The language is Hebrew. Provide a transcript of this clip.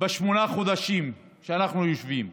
בשמונת החודשים שאנחנו יושבים.